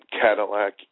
Cadillac